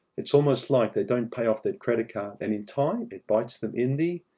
it's almost like they don't pay off their credit card, and in time, it bites them in the.